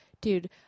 dude